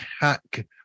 hack